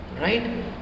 right